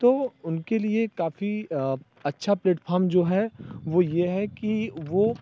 तो वो उनके लिए काफ़ी अच्छा प्लेटफार्म जो है वो ये है कि वो